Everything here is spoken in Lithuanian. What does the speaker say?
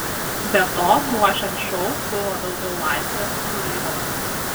be to ruošiant šou buvo daugiau laisvės kūrybos